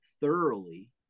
thoroughly